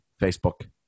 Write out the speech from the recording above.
Facebook